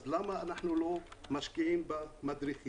אז למה אנחנו לא משקיעים במדריכים?